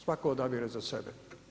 Svatko odabire za sebe.